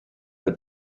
per